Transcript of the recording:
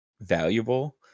valuable